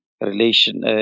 relation